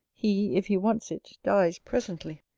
he, if he wants it, dies presently,